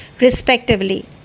respectively